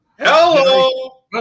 Hello